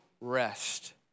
rest